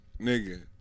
nigga